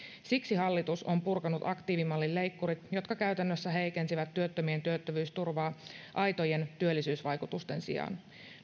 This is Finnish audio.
siksi hallitus on purkanut aktiivimallin leikkurit jotka käytännössä heikensivät työttömien työttömyysturvaa aitojen työllisyysvaikutusten sijaan